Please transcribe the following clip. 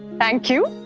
thank you.